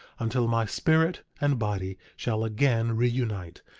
until my spirit and body shall again reunite,